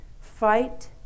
Fight